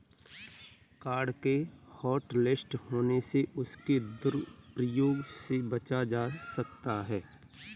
card के hotlist होने से उसके दुरूप्रयोग से बचा जा सकता है